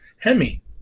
hemi